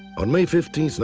on may fifteen,